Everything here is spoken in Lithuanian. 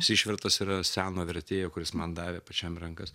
jis išvertas yra seno vertėjo kuris man davė pačiam rankas